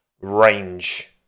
range